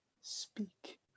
speak